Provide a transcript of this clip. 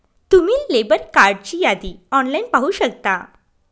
तुम्ही लेबर कार्डची यादी ऑनलाइन पाहू शकता